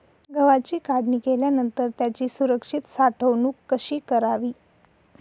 गव्हाची काढणी केल्यानंतर त्याची सुरक्षित साठवणूक कशी करावी?